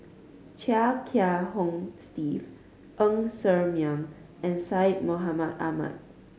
Chia Kiah Hong Steve Ng Ser Miang and Syed Mohamed Ahmed